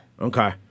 Okay